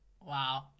Wow